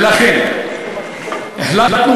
ולכן החלטנו,